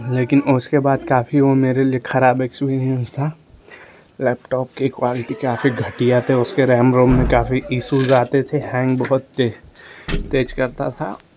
लेकिन उसके बाद काफी वो मेरे लिए खराब एक्सपीरियंस था लैपटॉप की क्वालिटी काफी घटिया थे उसका रैम रोम में काफी इसूज आते थे हैंग बहुत तेज करता था